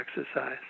exercise